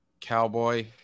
Cowboy